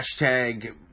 hashtag